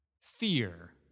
Fear